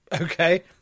Okay